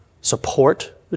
support